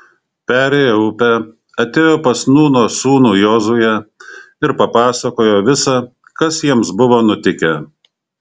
perėję upę atėjo pas nūno sūnų jozuę ir papasakojo visa kas jiems buvo nutikę